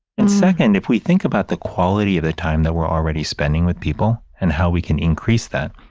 and second, if we think about the quality of the time that we're already spending with people and how we can increase that,